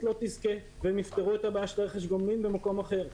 לא תזכה והם יפתרו את הבעיה של רכש הגומלין במקום אחר.